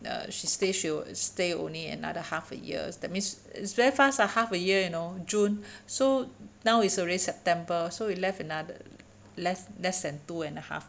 uh she say she will stay only another half a year that means it's very fast ah half a year you know june so now it's already september so we left another less less than two and a half